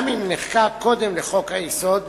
גם אם נחקק קודם לחוק-היסוד,